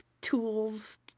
tools